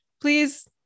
please